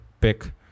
pick